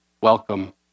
welcome